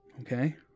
okay